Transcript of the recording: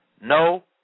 No